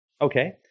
Okay